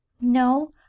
No